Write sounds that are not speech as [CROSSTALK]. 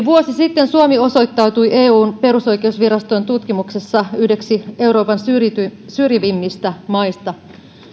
[UNINTELLIGIBLE] vuosi sitten suomi osoittautui eun perusoikeusviraston tutkimuksessa yhdeksi euroopan syrjivimmistä syrjivimmistä maista